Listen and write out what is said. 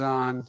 on